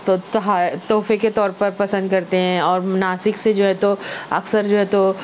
تو تحا تحفے کے طور پر پسند کرتے ہیں اور ناسک سے جو ہے تو اکثر جو ہے تو